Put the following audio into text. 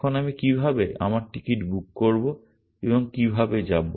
এখন আমি কীভাবে আমার টিকিট বুক করব এবং কীভাবে যাব